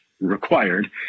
required –